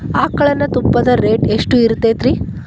ಆಕಳಿನ ತುಪ್ಪದ ರೇಟ್ ಎಷ್ಟು ಇರತೇತಿ ರಿ?